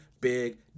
big